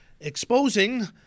exposing